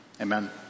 amen